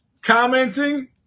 commenting